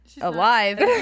alive